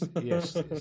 Yes